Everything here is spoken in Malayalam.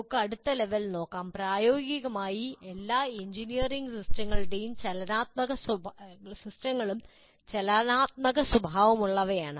നമുക്ക് അടുത്ത ലെവൽ നോക്കാം പ്രായോഗികമായി എല്ലാ എഞ്ചിനീയറിംഗ് സിസ്റ്റങ്ങളും ചലനാത്മക സ്വഭാവമുള്ളവയാണ്